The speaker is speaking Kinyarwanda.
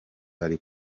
ari